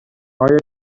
آیا